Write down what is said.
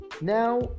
now